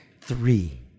Three